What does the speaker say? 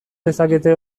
dezakete